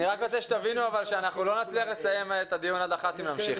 אני רק רוצה שתבינו שאנחנו לא נצליח לסיים את הדיון עד אחת אם נמשיך.